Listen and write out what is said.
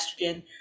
estrogen